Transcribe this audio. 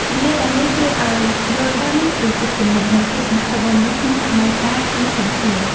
ជំនឿទាំងនោះជួយឲ្យយល់ដឹងពីចិត្តគំនិត និងទស្សនៈរបស់មនុស្សក្នុងសម័យកាលផ្សេងៗគ្នា។